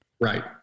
Right